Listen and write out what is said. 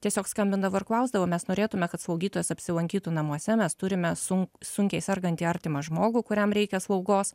tiesiog skambindavo ir klausdavo mes norėtume kad slaugytojas apsilankytų namuose mes turime sun sunkiai sergantį artimą žmogų kuriam reikia slaugos